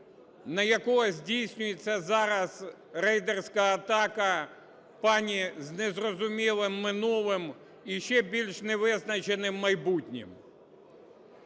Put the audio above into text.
на якого здійснюється зараз рейдерська атака пані з незрозумілим минулим і ще більш невизначеним майбутнім.